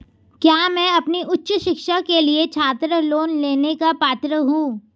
क्या मैं अपनी उच्च शिक्षा के लिए छात्र लोन लेने का पात्र हूँ?